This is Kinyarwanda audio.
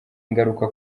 ingaruka